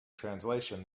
translation